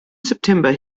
september